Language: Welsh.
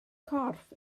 corff